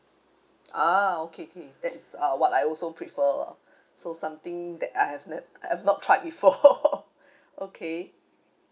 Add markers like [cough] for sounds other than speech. ah okay okay that is uh what I also prefer lah [breath] so something that I have nev~ I've not tried before [laughs] [breath] okay